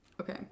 Okay